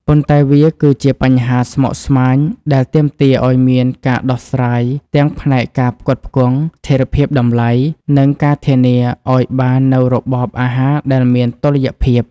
ប៉ុន្តែវាគឺជាបញ្ហាស្មុគស្មាញដែលទាមទារឱ្យមានការដោះស្រាយទាំងផ្នែកការផ្គត់ផ្គង់ ស្ថិរភាពតម្លៃ និងការធានាឱ្យបាននូវរបបអាហារដែលមានតុល្យភាព